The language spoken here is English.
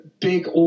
big